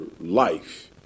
life